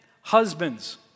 husbands